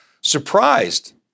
surprised